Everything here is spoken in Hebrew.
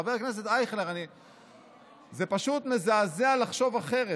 חבר הכנסת אייכלר, זה פשוט מזעזע לחשוב אחרת.